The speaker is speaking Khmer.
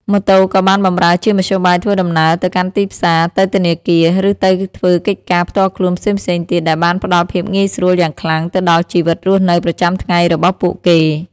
ម៉ូតូក៏បានបម្រើជាមធ្យោបាយធ្វើដំណើរទៅកាន់ទីផ្សារ ទៅធនាគារ ឬទៅធ្វើកិច្ចការផ្ទាល់ខ្លួនផ្សេងៗទៀតដែលបានផ្តល់ភាពងាយស្រួលយ៉ាងខ្លាំងទៅដល់ជីវិតរស់នៅប្រចាំថ្ងៃរបស់ពួកគេ។